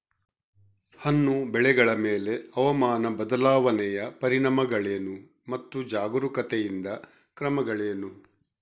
ಹಣ್ಣು ಬೆಳೆಗಳ ಮೇಲೆ ಹವಾಮಾನ ಬದಲಾವಣೆಯ ಪರಿಣಾಮಗಳೇನು ಮತ್ತು ಜಾಗರೂಕತೆಯಿಂದ ಕ್ರಮಗಳೇನು?